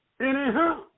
anyhow